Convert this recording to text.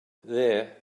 there